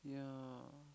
yeah